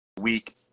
week